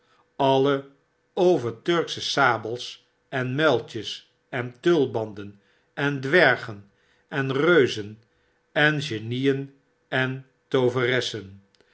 alle over turksche sabels en muiltjes en tulbanden en dwergen en reuzen en genieen en